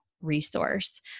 resource